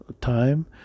time